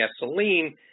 gasoline